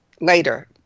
later